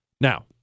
Now